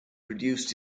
produced